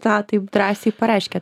tą taip drąsiai pareiškiat